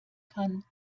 kann